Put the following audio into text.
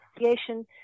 Association